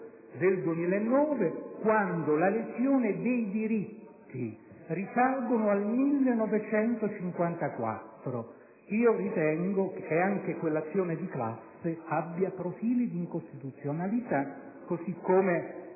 2009, quando la lesione dei diritti risale al 1954? Ritengo che anche quell'azione di classe abbia profili di incostituzionalità, così come